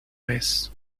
vez